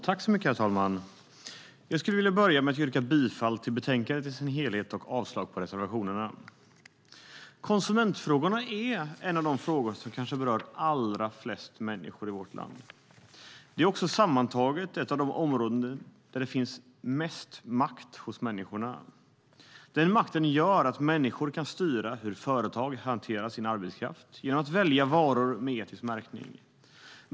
Herr talman! Jag skulle vilja börja med att yrka bifall till förslaget i betänkandet i sin helhet och avslag på reservationerna. Konsumentfrågorna tillhör de frågor som kanske berör allra flest människor i vårt land. Det är också sammantaget ett av de områden där det finns mest makt hos människorna. Den makten gör att människor kan styra hur företag hanterar sin arbetskraft genom att välja varor med etisk märkning.